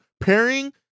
Pairing